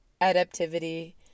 adaptivity